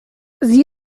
sie